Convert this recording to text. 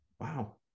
Wow